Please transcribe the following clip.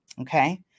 Okay